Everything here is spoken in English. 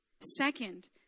Second